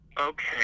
Okay